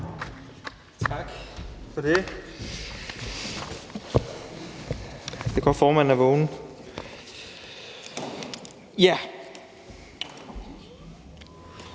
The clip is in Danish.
Tak for det. Det er godt, at formanden er vågen.